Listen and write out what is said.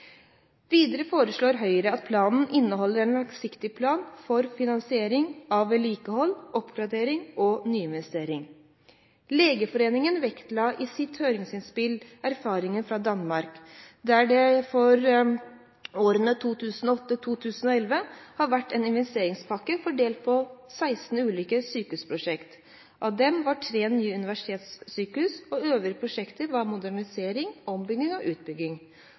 Videre foreslår Høyre at planen inneholder en langsiktig plan for finansiering av vedlikehold, oppgradering og nyinvestering. Legeforeningen vektla i sitt høringsinnspill erfaringer fra Danmark. Der har det i årene fra 2008 til 2011 vært en investeringspakke fordelt på 16 ulike sykehusprosjekt. Av dem var tre nye universitetssykehus. De øvrige prosjekter gjaldt modernisering, ombygging og utbygging.